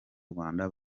rwanda